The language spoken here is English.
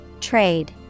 Trade